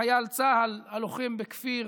חייל צה"ל הלוחם בכפיר